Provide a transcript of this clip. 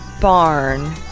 barn